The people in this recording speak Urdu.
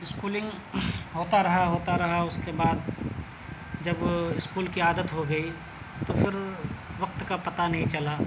اسکولنگ ہوتا رہا ہوتا رہا اس کے بعد جب اسکول کی عادت ہو گئی تو پھر وقت کا پتا نہیں چلا